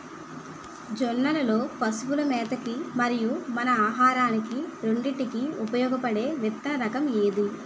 జొన్నలు లో పశువుల మేత కి మరియు మన ఆహారానికి రెండింటికి ఉపయోగపడే విత్తన రకం ఏది?